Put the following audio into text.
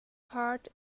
part